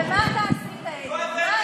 ומה אתה עשית, אלי?